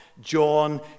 John